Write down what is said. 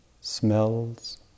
smells